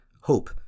hope